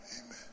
amen